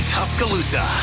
Tuscaloosa